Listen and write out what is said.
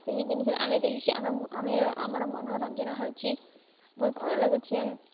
ସେହି ଜିନିଷରେ ଆମେ ଦେଖିକି ଆମର ମନୋରଞ୍ଜନ ହେଉଛି ବହୁତ ଭଲ ଲାଗୁଛି